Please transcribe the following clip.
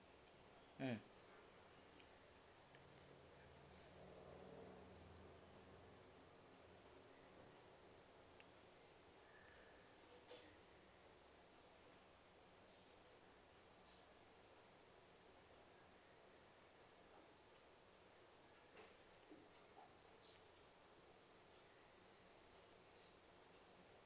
mm